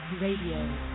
Radio